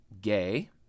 gay